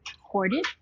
hoarded